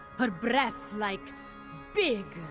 her breasts like big,